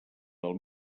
del